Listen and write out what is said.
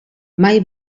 mai